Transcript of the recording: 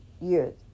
years